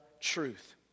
truth